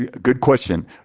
good question.